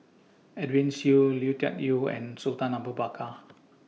Edwin Siew Lui Tuck Yew and Sultan Abu Bakar